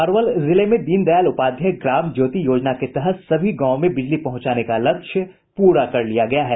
अरवल जिले में दीनदयाल उपाध्याय ग्राम ज्योति योजना के तहत सभी गांवों में बिजली पहुंचाने का लक्ष्य पूरा कर लिया गया है